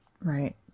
right